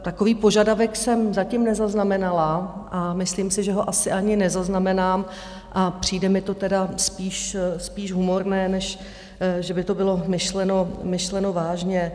Takový požadavek jsem zatím nezaznamenala a myslím si, že ho asi ani nezaznamenám, a přijde mi to tedy spíš humorné, než že by to bylo myšleno vážně.